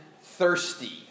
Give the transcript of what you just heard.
thirsty